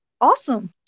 Awesome